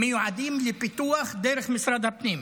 מיועדים לפיתוח דרך משרד הפנים,